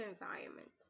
environment